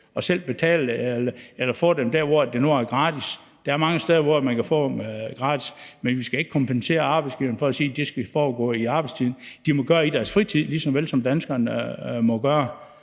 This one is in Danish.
selv betale for den eller få en test der, hvor det er gratis; der er mange steder, hvor man kan få gratis test. Men vi skal ikke kompensere arbejdsgiverne for, at det skal foregå i arbejdstiden. De må gøre det i deres fritid, på samme måde som danskerne må gøre.